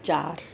चारि